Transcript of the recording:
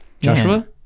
Joshua